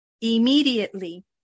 Immediately